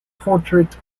portrait